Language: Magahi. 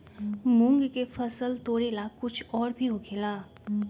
मूंग के फसल तोरेला कुछ और भी होखेला?